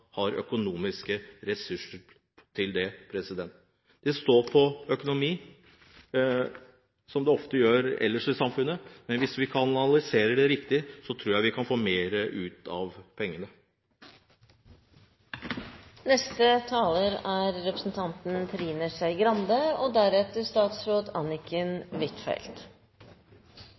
har økonomiske ressurser til det. Det står på økonomi, som det ofte gjør ellers i samfunnet, men hvis vi kanaliserer det riktig, tror jeg vi kan få mer ut av pengene. Når jeg leser merknadene fra regjeringspartiene, er